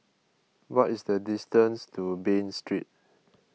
what is the distance to Bain Street